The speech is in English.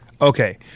Okay